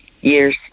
years